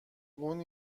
اون